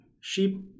sheep